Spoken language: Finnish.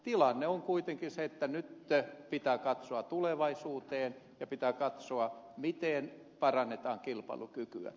tilanne on kuitenkin se että nyt pitää katsoa tulevaisuuteen ja pitää katsoa miten parannetaan kilpailukykyä